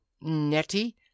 Nettie